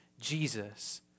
Jesus